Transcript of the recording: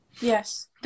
Yes